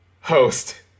host